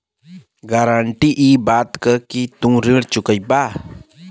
guarantee इ बात क कि तू ऋण चुकइबा